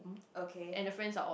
okay